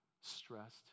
stressed